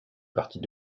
partie